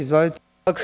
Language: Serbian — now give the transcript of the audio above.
Izvolite.